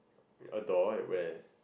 a door at where